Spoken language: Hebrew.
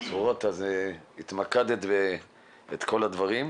ספורות התמקדת בכל הדברים.